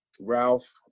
Ralph